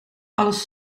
alles